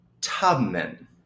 Tubman